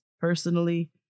personally